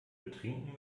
betrinken